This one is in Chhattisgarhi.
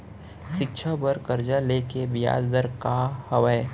शिक्षा बर कर्जा ले के बियाज दर का हवे?